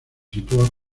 sitúa